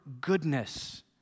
goodness